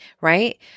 Right